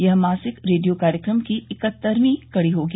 यह मासिक रेडियो कार्यक्रम की इकहत्तरवीं कड़ी होगी